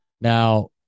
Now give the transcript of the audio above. Now